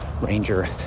ranger